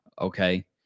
okay